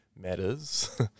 matters